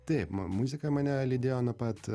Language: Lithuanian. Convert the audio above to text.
taip ma muzika mane lydėjo nuo pat